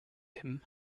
him